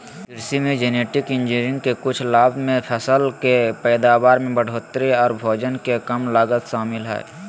कृषि मे genetic engineering के कुछ लाभ मे फसल के पैदावार में बढ़ोतरी आर भोजन के कम लागत शामिल हय